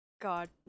God